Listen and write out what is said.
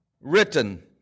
written